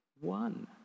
One